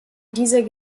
dieser